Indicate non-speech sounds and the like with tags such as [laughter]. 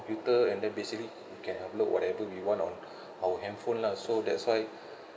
and then basically we can upload whatever we want on [breath] our handphone lah so that's why [breath]